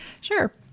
sure